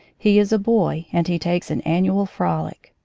he is a boy, and he takes an annual frolic.